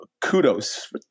kudos